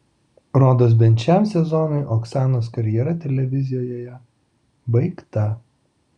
rodos bent šiam sezonui oksanos karjera televizijoje baigta